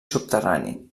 subterrani